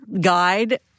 guide